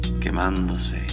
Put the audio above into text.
quemándose